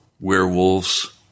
werewolves